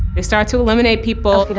they start to eliminate people.